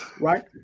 right